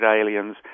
aliens